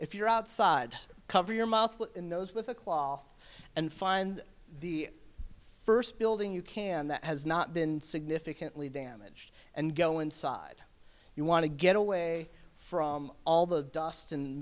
if you're outside cover your mouth and nose with a claw and find the first building you can that has not been significantly damaged and go inside you want to get away from all the dust and